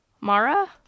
Mara